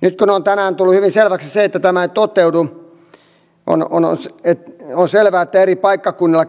nyt kun on tänään tullut hyvin selväksi että tämä ei toteudu ja on siis selvää että eri paikkakunnilla